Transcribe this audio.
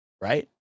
right